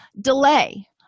Delay